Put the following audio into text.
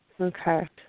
Okay